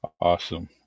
Awesome